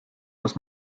muss